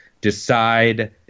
decide